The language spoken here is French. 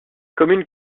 commune